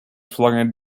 flogging